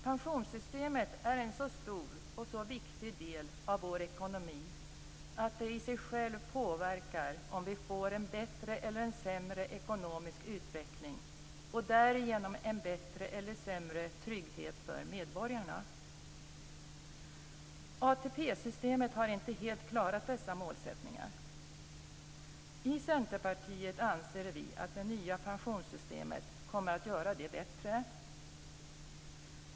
Pensionssystemet är en så stor och en så viktigt del av vår ekonomi att det i sig självt påverkar om vi får en bättre eller en sämre ekonomisk utveckling och därigenom en bättre eller en sämre trygghet för medborgarna. ATP-systemet har inte helt klarat dessa målsättningar. I Centerpartiet anser vi att det nya pensionssystemet kommer att göra det bättre.